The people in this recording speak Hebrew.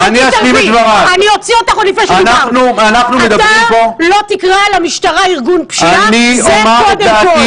אתה לא תקרא למשטרה ארגון פשיעה, זה קודם כל.